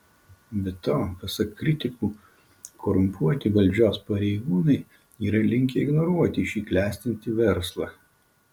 be to pasak kritikų korumpuoti valdžios pareigūnai yra linkę ignoruoti šį klestintį verslą